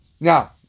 Now